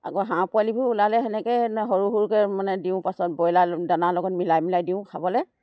আকৌ হাঁহ পোৱালিবোৰ ওলালে সেনেকৈ সৰু সৰুকৈ মানে দিওঁ পাছত ব্ৰইলাৰ দানাৰ লগত মিলাই মিলাই দিওঁ খাবলৈ